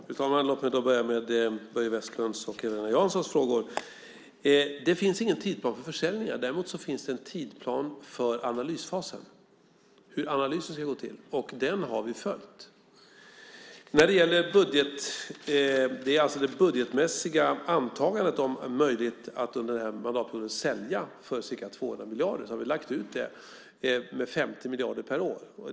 Fru talman! Låt mig börja med Börje Vestlunds och Eva-Lena Janssons frågor. Det finns ingen tidsplan för försäljningar. Däremot finns det en tidsplan för analysfasen och hur analysen ska gå till, och den har vi följt. När det gäller det budgetmässiga antagandet att under den här mandatperioden sälja för ca 200 miljarder har vi lagt ut det med ca 50 miljarder per år.